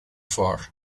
for